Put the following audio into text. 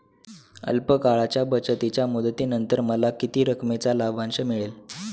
अल्प काळाच्या बचतीच्या मुदतीनंतर मला किती रकमेचा लाभांश मिळेल?